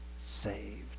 saved